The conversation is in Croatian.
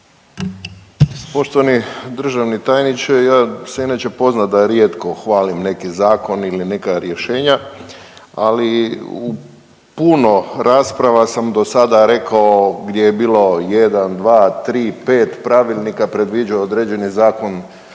Poštovani državni tajniče, ja sam inače poznat da rijetko hvalim neki zakon ili neka rješenja, ali u puno rasprava sam do sada rekao gdje je bilo 1, 2, 3, 5 pravilnika predviđao određeni zakon